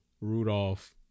Rudolph